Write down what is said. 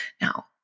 Now